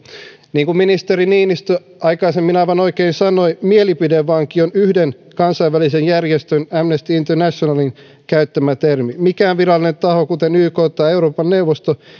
niin kuin ministeri niinistö aikaisemmin aivan oikein sanoi mielipidevanki on yhden kansainvälisen järjestön amnesty internationalin käyttämä termi mikään virallinen taho kuten yk tai euroopan neuvosto